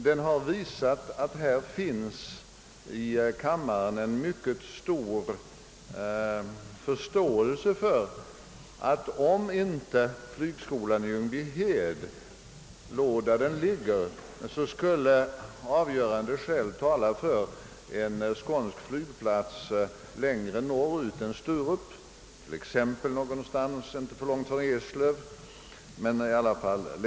Den har visat att det i kammaren finns en mycket stor förståelse för att om inte flygskolan i Ljungbyhed låg där den ligger, så skulle avgörande skäl tala för en skånsk flygplats längre norrut än Sturup, t.ex. inte långt från Eslöv.